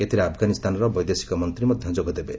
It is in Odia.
ଏଥିରେ ଆଫଗାନିସ୍ତାନର ବୈଦେଶିକ ମନ୍ତ୍ରୀ ମଧ୍ୟ ଯୋଗଦେବେ